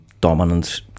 dominant